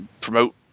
promote